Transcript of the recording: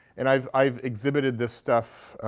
and i've i've exhibited this stuff